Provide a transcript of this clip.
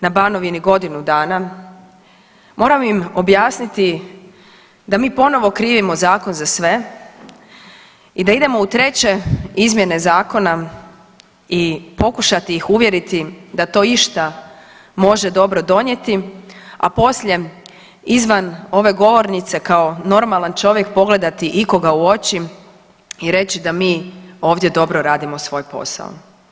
Na Banovini godinu dana, moram im objasniti da mi ponovo krivimo zakon za sve i da idemo u treće izmjene zakona i pokušati ih uvjeriti da to išta može dobro donijeti, a poslije izvan ove govornice, kao normalan čovjek, pogledati ikoga u oči i reći da mi ovdje dobro radimo svoj posao.